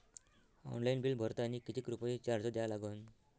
Online bill भरतानी कितीक रुपये चार्ज द्या लागन?